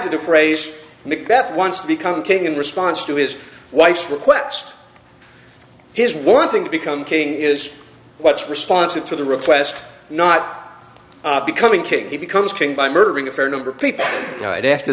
to the phrase macbeth wants to become king in response to his wife's request his wanting to become king is what's responsive to the request not becoming king he becomes king by murdering a fair number of people right after